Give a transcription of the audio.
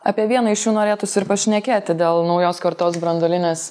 apie vieną iš jų norėtųsi ir pašnekėti dėl naujos kartos branduolinės